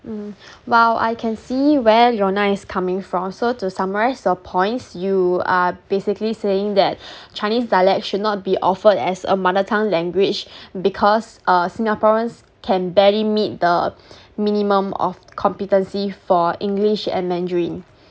mm while I can see where Leona coming from so to summarise your points you are basically saying that chinese dialects should not be offered as a mother tongue language because uh singaporeans can barely meet the minimum of competency for english and mandarin